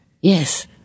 Yes